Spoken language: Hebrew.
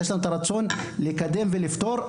יש לנו את הרצון לקדם ולפתור,